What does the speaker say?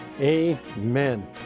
Amen